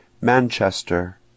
Manchester